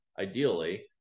ideally